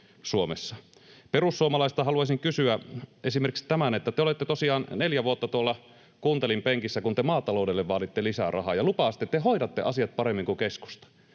Perussuomalaisilta haluaisin kysyä esimerkiksi tästä: Neljä vuotta kuuntelin tuolla penkissä, kun te maataloudelle vaaditte lisää rahaa ja lupasitte, että te hoidatte asiat paremmin kuin keskusta.